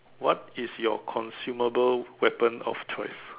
what is your consumable weapon of choice